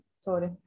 Sorry